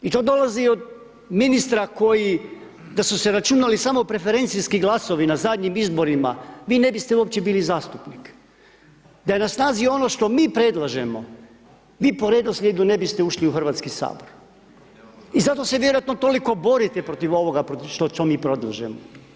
I to dolazi od ministra koji, da su se računali samo preferencijski glasovi na zadnjim izborima, vi ne biste uopće bili zastupnik, da je na snazi ono što mi predlažemo, vi po redoslijedu ne biste ušli u HS i zato se vjerojatno toliko borite protiv ovoga, protiv što mi predlažemo.